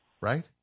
right